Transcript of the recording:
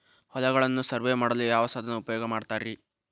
ಹೊಲಗಳನ್ನು ಸರ್ವೇ ಮಾಡಲು ಯಾವ ಸಾಧನ ಉಪಯೋಗ ಮಾಡ್ತಾರ ರಿ?